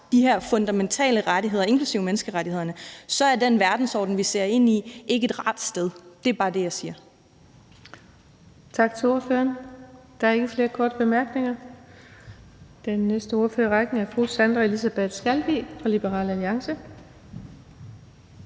de her fundamentale rettigheder, inklusive menneskerettighederne, så er den verdensorden, vi ser ind i, ikke rar. Det er bare det, jeg siger. Kl. 17:17 Den fg. formand (Birgitte Vind): Tak til ordføreren. Der er ikke flere korte bemærkninger. Den næste ordfører i rækken er fru Sandra Elisabeth Skalvig fra Liberal Alliance.